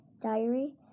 Diary